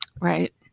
right